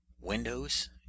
Windows